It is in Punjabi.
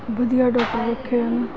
ਵਧੀਆ ਡੋਕਟਰ ਰੱਖੇ ਹਨ